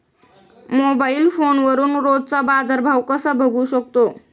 Mobile फोनवरून रोजचा बाजारभाव कसा बघू शकतो?